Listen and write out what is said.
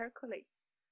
percolates